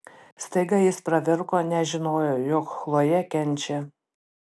staiga jis pravirko nes žinojo jog chlojė kenčia